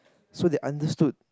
so they understood